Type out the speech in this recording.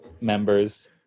members